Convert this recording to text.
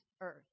earth